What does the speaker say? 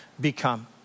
become